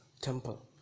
temple